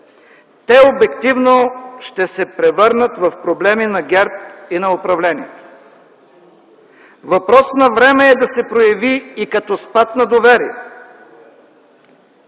те обективно ще се превърнат в проблеми на ГЕРБ и на управлението. Въпрос на време е да се прояви и като спад на доверие.